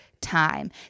time